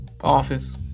office